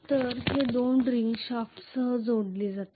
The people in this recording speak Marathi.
तर हे दोन रिंग शाफ्टसह जोडले जातील